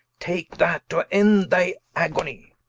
take that, to end thy agonie.